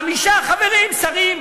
חמישה חברים, שרים.